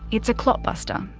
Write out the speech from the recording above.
it's a clot buster.